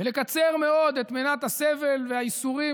ולקצר מאוד את מנת הסבל והייסורים